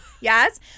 yes